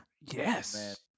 Yes